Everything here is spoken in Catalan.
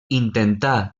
intentà